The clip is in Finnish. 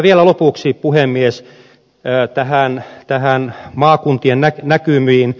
vielä lopuksi puhemies maakuntien näkymiin